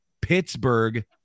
Pittsburgh